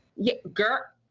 yeah girl,